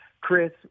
Chris